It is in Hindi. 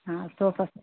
हाँ सोफा सेट